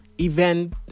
event